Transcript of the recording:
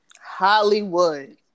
hollywood